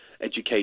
education